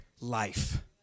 life